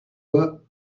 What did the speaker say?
were